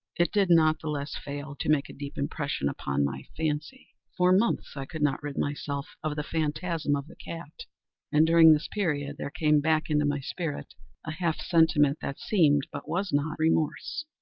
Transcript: it did not the less fail to make a deep impression upon my fancy. for months i could not rid myself of the phantasm of the cat and, during this period, there came back into my spirit a half-sentiment that seemed, but was not, remorse.